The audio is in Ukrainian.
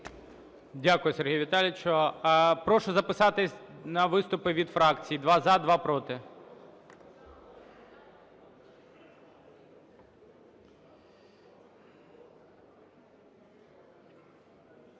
Дякую, Сергію Віталійовичу. Прошу записатися на виступи від фракцій: два – за, два – проти.